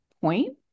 point